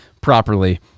properly